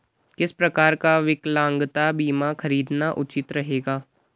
किस प्रकार का विकलांगता बीमा खरीदना उचित रहेगा?